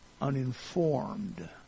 uninformed